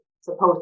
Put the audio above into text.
supposed